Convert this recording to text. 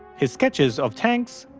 his sketches of tanks,